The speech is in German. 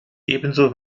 ebenso